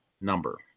number